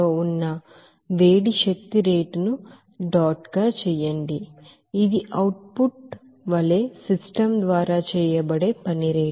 మరియు Q dot system మరియు Ws dot లో ఉన్న హీట్ ఎనర్జీ రేటును డాట్ చేయండి ఇది అవుట్ పుట్ వలే సిస్టమ్ ద్వారా చేయబడే పని రేటు